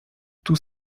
tous